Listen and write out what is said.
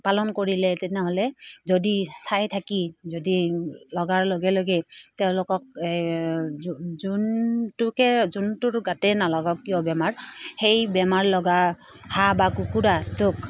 পালন কৰিলে তেনেহ'লে যদি চাই থাকি যদি লগাৰ লগে লগে তেওঁলোকক এই যোনটোকে যোনটোৰ গাতে নালাগক কিয় বেমাৰ সেই বেমাৰ লগা হাঁহ বা কুকুৰাটোক